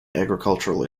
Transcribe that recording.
agricultural